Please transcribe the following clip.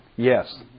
Yes